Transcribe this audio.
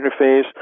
interface